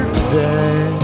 today